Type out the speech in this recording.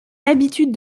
l’habitude